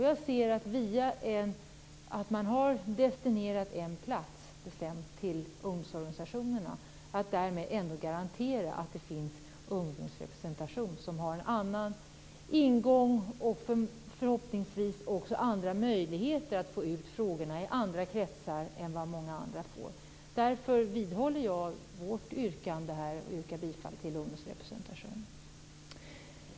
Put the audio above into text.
Jag ser att man via en destinerad plats till ungdomsorganisationerna kan garantera att det finns en ungdomsrepresentation, som har en annan ingång och förhoppningsvis också andra möjligheter att få ut frågorna i andra kretsar än vad många andra får. Därför vidhåller jag vårt yrkande om ungdomsrepresentation och yrkar bifall till det.